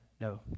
no